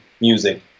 music